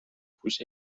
پوش